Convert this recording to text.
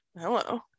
hello